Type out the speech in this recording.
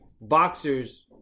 boxers